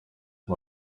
ubu